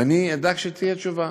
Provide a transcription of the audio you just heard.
ואני אדאג שתהיה תשובה.